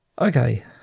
Okay